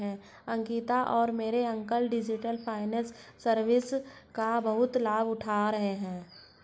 अंकिता और मेरे uncle digital finance services का बहुत लाभ उठा रहे हैं